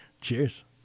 Cheers